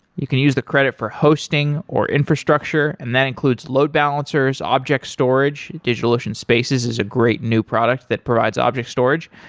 you can use the credit for hosting, or infrastructure and that includes load balancers, object storage, digitalocean spaces is a great new product that provides object storage,